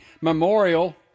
memorial